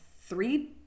three